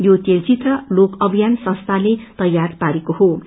यो तेलचित्र लोक अभियान संस्थाले तैयार पारेका हुन्